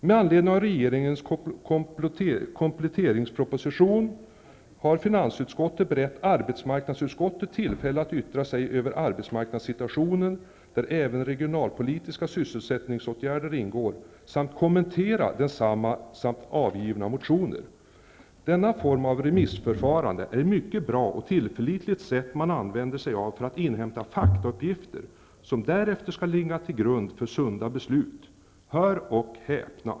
Med anledning av regeringens kompletteringsproposition 1991/92:150, har finansutskottet berett arbetsmarknadsutskottet tillfälle att yttra sig över arbetsmarknadssituationen - där även regionalpolitiska sysselsättningsåtgärder ingår -- Denna form av remissförfarande är ett mycket bra och tillförlitligt sätt man använder sig av för att inhämta faktauppgifter som därefter skall ligga som grund för sunda beslut. Hör och häpna!